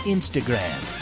Instagram